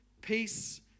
Peace